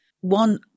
one